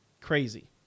crazy